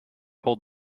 hold